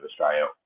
Australia